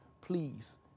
please